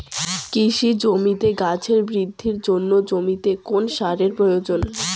কৃষি জমিতে গাছের বৃদ্ধির জন্য জমিতে কোন সারের প্রয়োজন?